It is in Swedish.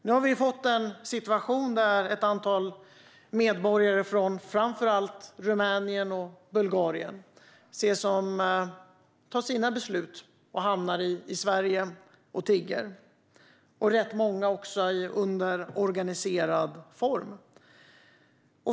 Nu har vi fått en situation där ett antal medborgare från framför allt Rumänien och Bulgarien fattar sina beslut och hamnar i Sverige och tigger - rätt många under organiserade former.